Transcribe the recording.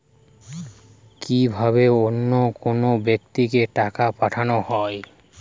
কি ভাবে অন্য কোনো ব্যাক্তিকে টাকা পাঠানো হয়?